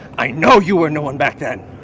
i know you were no one back then!